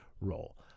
role